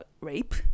rape